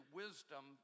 wisdom